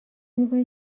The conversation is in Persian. میکنی